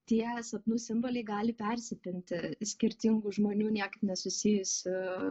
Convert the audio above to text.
tie sapnų simboliai gali persipinti skirtingų žmonių niekaip nesusijusių